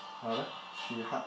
she hug